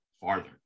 farther